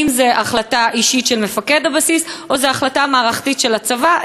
האם זו החלטה אישית של מפקד הבסיס או שזו החלטה מערכתית של הצבא?